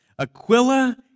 Aquila